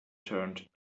turned